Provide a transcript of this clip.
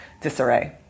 disarray